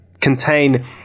contain